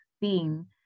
theme